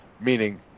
Meaning